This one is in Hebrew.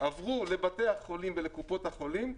עברו לבתי החולים ולקופות החולים,